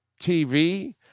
TV